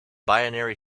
binary